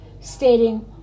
stating